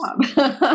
job